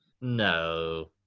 No